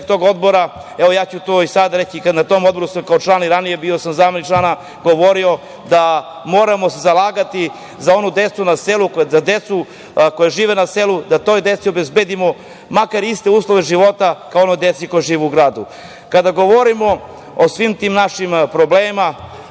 sa nama. I sada ću to reći, na tom Odboru sam kao član, i ranije sam bio zamenik člana, govorio da se moramo zalagati za onu decu na selu, decu koja žive na selu da im obezbedimo makar iste uslove života kao onoj deci koja žive u gradu. Kada govorimo o svim tim našim problemima